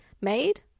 made